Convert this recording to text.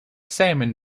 salmon